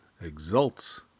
exults